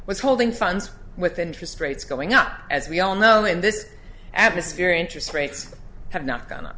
was holding funds with interest rates going up as we all know in this atmosphere interest rates have not gon